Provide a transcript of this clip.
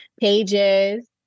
pages